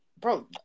bro